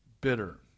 bitter